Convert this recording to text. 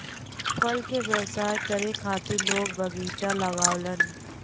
फल के व्यवसाय करे खातिर लोग बगीचा लगावलन